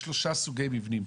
יש שלושה סוגי מבנים.